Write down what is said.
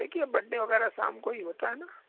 देखिए बड्डे वगैरह शाम को ही होता है न